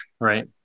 right